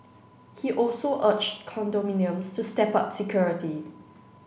he also urged condominiums to step up security